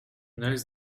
those